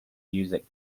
music